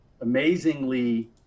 amazingly